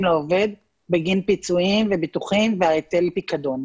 לעובד בגין פיצויים וביטוחים והיטל פיקדון.